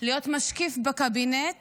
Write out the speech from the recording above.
להיות משקיף בקבינט